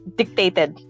dictated